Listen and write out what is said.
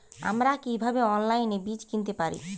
আমরা কীভাবে অনলাইনে বীজ কিনতে পারি?